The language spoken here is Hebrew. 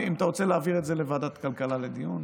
אם אתה רוצה, להעביר את זה לוועדת הכלכלה לדיון.